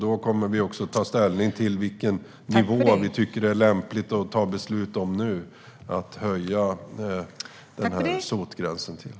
Då kommer vi att ta ställning till vilken nivå vi tycker att det nu är lämpligt att höja SOT-gränsen till.